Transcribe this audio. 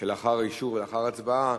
לאחר האישור וההצבעה,